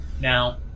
Now